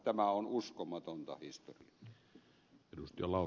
tämä on uskomatonta historiaa